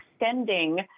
extending